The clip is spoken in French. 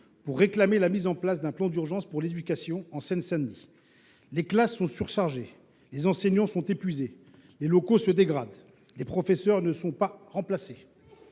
pour réclamer la mise en place d’un plan d’urgence pour l’éducation en Seine Saint Denis. Dans ce département, les classes sont surchargées, les enseignants sont épuisés, les locaux se dégradent, les professeurs ne sont pas remplacés.